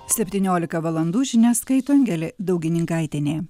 septyniolika valandų žinias skaito angelė daugininkaitienė